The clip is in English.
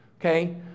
okay